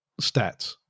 stats